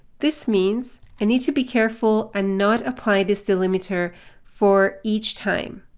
this means i need to be careful and not apply this delimiter for each time.